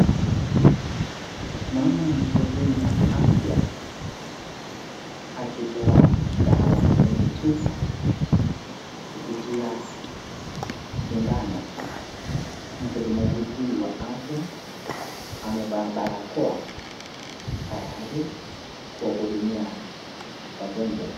Naona muhudumu wa afya akitoa dawa kwenye chupa kupitia sindano, muhudumu huyu wa afya amevaa barakoa tayari kuhudumia wagonjwa